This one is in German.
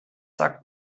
sagt